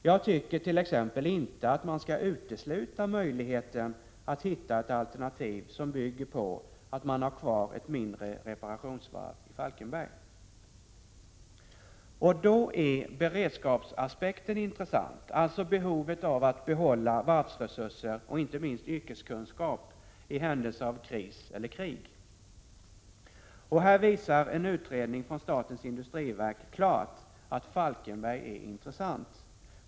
Jag tycker t.ex. inte att man skall utesluta möjligheten att hitta alternativ som bygger på att man har kvar ett mindre reparationsvarv i Falkenberg. Då är beredskapsaspekten intressant, alltså behovet av att behålla varvsresurser — och inte minst yrkeskunskap — i händelse av kris eller krig. Här visar en utredning från statens industriverk klart att Falkenberg är intressant.